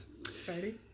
Exciting